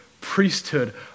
priesthood